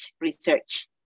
research